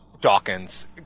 Dawkins